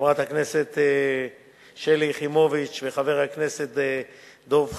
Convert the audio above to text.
חברת הכנסת שלי יחימוביץ וחבר הכנסת דב חנין,